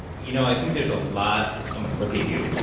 you know, i think there's a lot i'm going to look at you